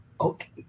Okay